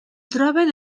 troben